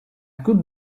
could